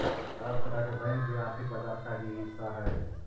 हर तरह के बैंक भी आर्थिक बाजार का ही हिस्सा हइ